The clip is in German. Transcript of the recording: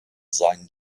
sein